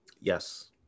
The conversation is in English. Yes